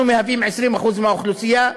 אנחנו מהווים 20% מהאוכלוסייה,